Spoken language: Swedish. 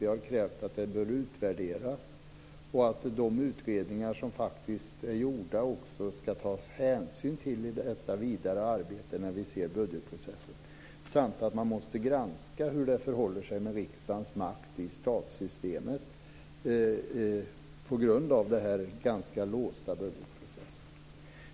Vi har krävt att det bör utvärderas och att man ska ta hänsyn till de utredningar som är gjorda i det vidare arbetet när vi ser budgetprocessen samt att man måste granska hur det förhåller sig med riksdagens makt i statssystemet på grund av den ganska låsta budgetprocessen.